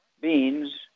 beans